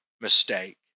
mistake